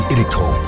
Electro